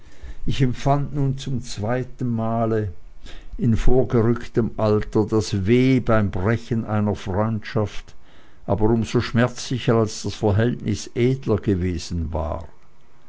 ich empfand nun zum zweiten male in vorgerückterm alter das weh beim brechen einer freundschaft aber um so schmerzlicher als das verhältnis edler gewesen war